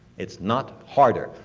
it's not harder.